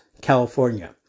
California